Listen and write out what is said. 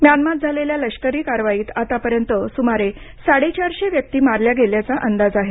म्यानमारात झालेल्या लष्करी कारवाईत आतापर्यंत साडे चारशे व्यक्ति मारल्या गेल्याचा अंदाज आहे